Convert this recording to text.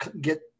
get